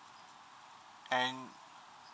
and